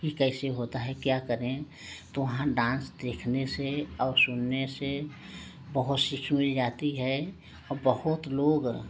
कि कैसे होता है क्या करें तो वहाँ डांस देखने से और सुनने से बहुत सी सुई जाती है और बहुत लोग